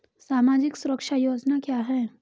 सामाजिक सुरक्षा योजना क्या है?